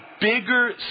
bigger